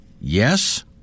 Yes